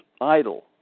idle